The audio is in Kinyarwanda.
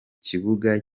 kibuga